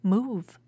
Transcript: Move